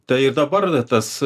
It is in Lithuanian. tai ir dabar dar tas